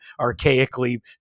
archaically